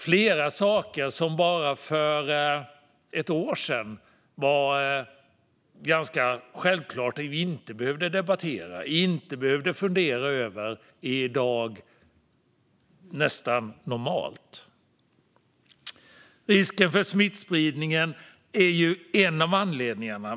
Flera frågor som vi för bara ett år sedan ansåg att vi inte behövde debattera, inte fundera över, är i dag nästan normala. Risken för smittspridning är en av anledningarna.